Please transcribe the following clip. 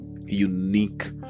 unique